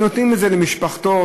שנותנים למשפחתון,